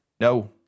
No